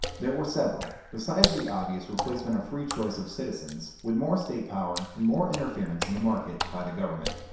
there were several, besides the obvious replacement of free choice of citizens with more state power and more interference in the market by the government.